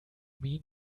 mean